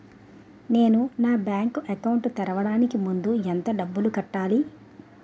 నేను నా bank account తెరవడానికి ముందు ఎంత డబ్బులు కట్టాలి?